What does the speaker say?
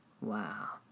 wow